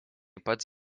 pats